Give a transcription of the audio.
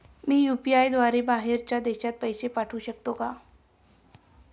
मी UPI द्वारे बाहेरच्या देशात पैसे पाठवू शकतो का?